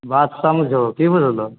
बात समझो कि बुझलहो